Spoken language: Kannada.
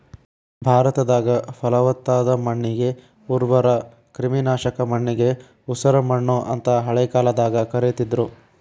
ಭಾರತದಾಗ, ಪಲವತ್ತಾದ ಮಣ್ಣಿಗೆ ಉರ್ವರ, ಕ್ರಿಮಿನಾಶಕ ಮಣ್ಣಿಗೆ ಉಸರಮಣ್ಣು ಅಂತ ಹಳೆ ಕಾಲದಾಗ ಕರೇತಿದ್ರು